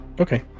Okay